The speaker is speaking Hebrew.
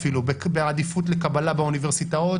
כמו בעדיפות בקבלה לאוניברסיטאות.